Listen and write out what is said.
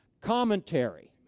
commentary